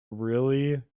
really